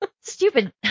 stupid